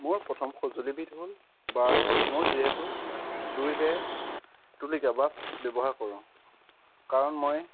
মোৰ প্ৰথম সঁজুলিবিধ হ'ল ব্ৰাছ মোৰ যিহেতু দুয়োটাই তুলিকা ব্ৰাছ ব্যৱহাৰ কৰোঁ কাৰণ মই